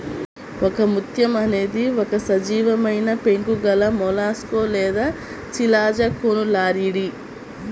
ఒకముత్యం అనేది ఒక సజీవమైనపెంకు గలమొలస్క్ లేదా శిలాజకోనులారియిడ్